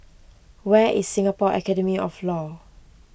where is Singapore Academy of Law